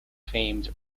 famed